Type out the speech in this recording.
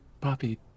Poppy